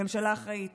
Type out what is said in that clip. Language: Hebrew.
ממשלה אחראית